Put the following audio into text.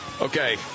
Okay